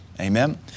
Amen